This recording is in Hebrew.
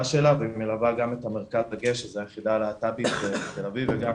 שלה והיא מלווה גם את היחידה הלהט"בית בתל אביב וגם